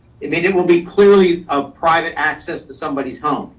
it it will be clearly a private access to somebody's home.